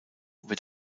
wird